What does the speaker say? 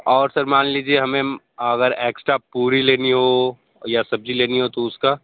और सर मान लीजिए हमें अगर एक्स्ट्रा पूड़ी लेनी हो या सब्जी लेनी हो तो उसका